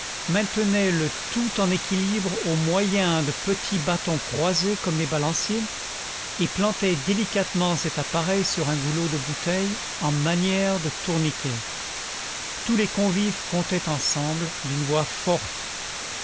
maintenait le tout en équilibre au moyen de petits bâtons croisés comme des balanciers et plantait délicatement cet appareil sur un goulot de bouteille en manière de tourniquet tous les convives comptaient ensemble d'une voix forte